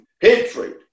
hatred